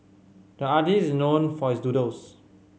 the artist is known for his doodles